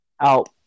out